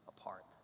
apart